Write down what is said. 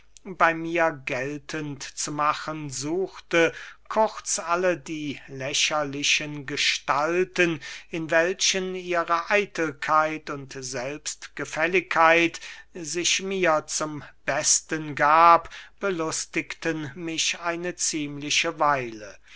bey mir geltend zu machen suchte kurz alle die lächerlichen gestalten in welchen ihre eitelkeit und selbstgefälligkeit sich mir zum besten gab belustigten mich eine ziemliche weile